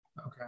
Okay